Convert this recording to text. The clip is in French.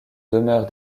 demeures